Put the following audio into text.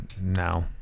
now